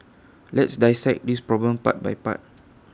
let's dissect this problem part by part